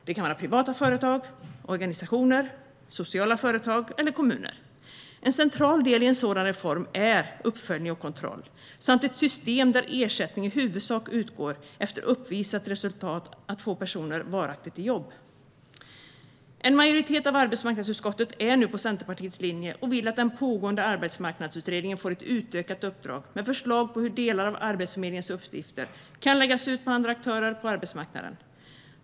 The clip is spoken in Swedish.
Det kan vara privata företag, organisationer, sociala företag eller kommuner. En central del i en sådan reform är uppföljning och kontroll samt ett system där ersättning i huvudsak utgår efter uppvisat resultat att få personer varaktigt i jobb. En majoritet av arbetsmarknadsutskottet är nu med på Centerpartiets linje och vill att den pågående arbetsmarknadsutredningen får ett utökat uppdrag med förslag på hur delar av Arbetsförmedlingens uppgifter kan läggas ut på andra aktörer på arbetsmarknaden.